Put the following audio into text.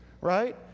right